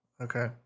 Okay